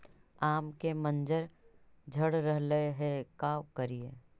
आम के मंजर झड़ रहले हे का करियै?